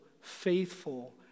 faithful